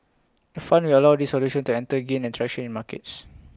the fund will allow these solutions to enter and gain traction in markets